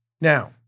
now